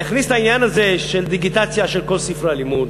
ויכניס את העניין הזה של דיגיטציה של כל ספרי הלימוד.